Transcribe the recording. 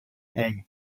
hey